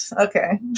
Okay